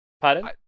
Pardon